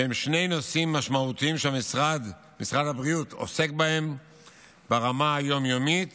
שהם שני נושאים משמעותיים שמשרד הבריאות עוסק בהם ברמה היום-יומית